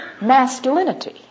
masculinity